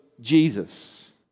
Jesus